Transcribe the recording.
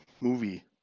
movie